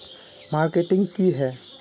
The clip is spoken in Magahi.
मार्केटिंग की है?